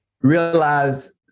realize